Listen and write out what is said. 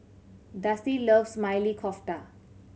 Dusty loves Maili Kofta